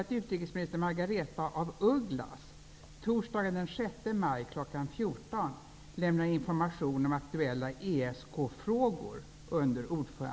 9.00.